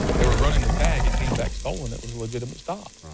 they were running the tag, it came back stolen, it was a legitimate stop